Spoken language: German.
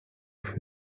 für